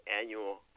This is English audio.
annual